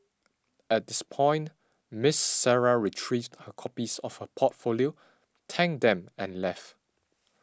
at this point Miss Sarah retrieved her copies of her portfolio thanked them and left